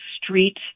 Street